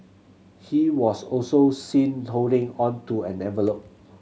he was also seen holding on to an envelop